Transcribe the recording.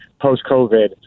post-COVID